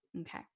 Okay